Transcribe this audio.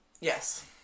Yes